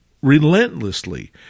relentlessly